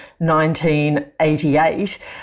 1988